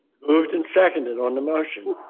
moved and seconded on the motion.